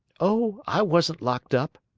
oh, i wasn't locked up,